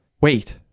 Wait